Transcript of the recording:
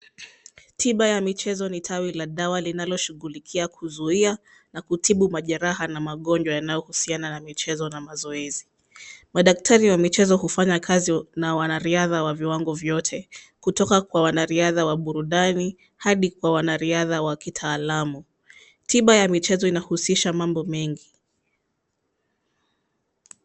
Tiba ya michezo ni tawi la dawa linaloshughulikia kuzuia na kutibu majeraha na magonjwa yanayohusiana na michezo na mazoezi. Madaktari wa michezo hufanya kazi na wanariadha wa viwango vyote, kuanzia wanariadha wa burudani hadi wanariadha wa kitaalamu. Tiba ya michezo inahusisha mambo mengi.